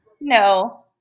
No